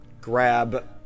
grab